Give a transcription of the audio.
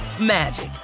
magic